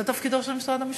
זה תפקידו של משרד המשפטים.